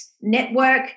network